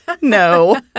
no